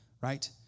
right